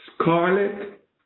scarlet